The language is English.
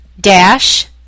dash